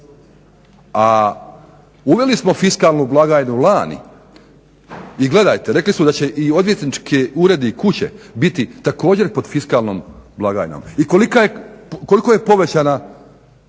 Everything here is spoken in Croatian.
A uveli smo fiskalnu blagajnu lani i gledajte rekli su da će i odvjetnički uredi i kuće biti također pod fiskalnom blagajnom. I koliko je povećan